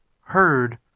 heard